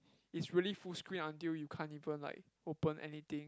is really full screen until you can't even like open anything